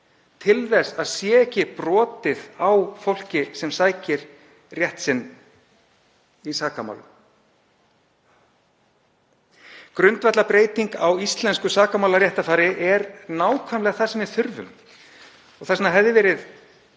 til þess að ekki sé brotið á fólki sem sækir rétt sinn í sakamálum. Grundvallarbreyting á íslensku sakamálaréttarfari er nákvæmlega það sem við þurfum. Þess vegna hefði það